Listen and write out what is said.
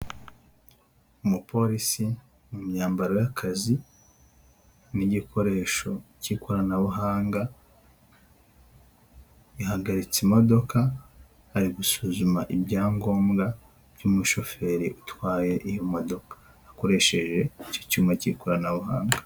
Umupolisi mu myambaro y'akazi n'igikoresho cy'ikoranabuhanga, yahagaritse imodoka ari gusuzuma ibyangombwa by'umushoferi utwaye iyo modoka, akoresheje icyo cyuma cy'ikoranabuhanga.